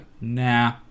nah